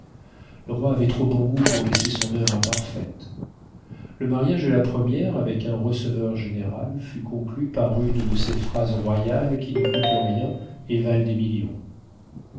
le roi avait trop bon goût pour laisser son oeuvre imparfaite le mariage de la première avec un receveur-général fut conclu par une de ces phrases royales qui ne coûtent rien et valent des millions